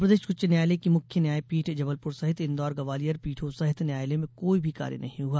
मध्यप्रदेश उच्च न्यायालय की मुख्य न्यायपीठ जबलपुर सहित इंदौर ग्वालियर पीठों सहित न्यायालयों में कोई भी कार्य नहीं हुआ